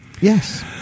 Yes